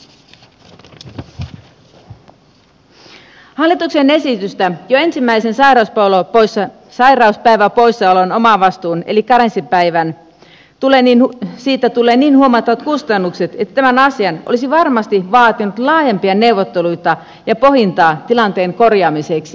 hallituksen esityksessä jo ensimmäisen säännöt aallokkoisen sairauspäivä olisi älyn omavastuun ylittäisi sairauspoissaolopäivän omavastuusta eli karenssipäivästä tulee niin huomattavat kustannukset että tämä asia olisi varmasti vaatinut laajempia neuvotteluita ja pohdintaa tilanteen korjaamiseksi